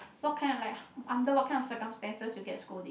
what kind of like under what kind of circumstances you get scolding